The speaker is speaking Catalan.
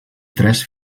tres